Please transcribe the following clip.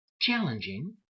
challenging